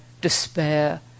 despair